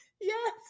yes